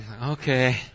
Okay